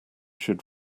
should